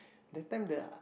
the time the a~